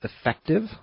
effective